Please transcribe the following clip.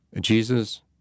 Jesus